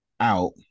out